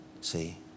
see